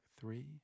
three